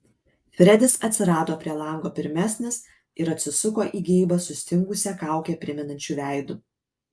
fredis atsirado prie lango pirmesnis ir atsisuko į geibą sustingusią kaukę primenančiu veidu